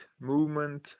movement